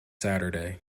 saturday